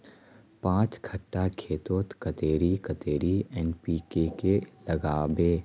पाँच कट्ठा खेतोत कतेरी कतेरी एन.पी.के के लागबे?